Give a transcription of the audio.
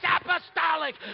apostolic